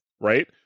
right